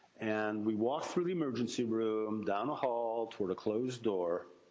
and we walked through the emergency room, down a hall, toward a closed door.